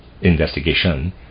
Investigation